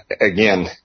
again